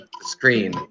screen